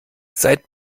seit